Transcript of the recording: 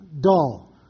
dull